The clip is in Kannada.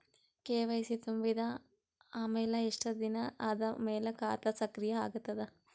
ಕೆ.ವೈ.ಸಿ ತುಂಬಿದ ಅಮೆಲ ಎಷ್ಟ ದಿನ ಆದ ಮೇಲ ಖಾತಾ ಸಕ್ರಿಯ ಅಗತದ?